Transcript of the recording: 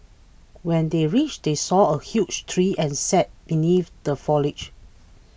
when they reached they saw a huge tree and sat beneath the foliage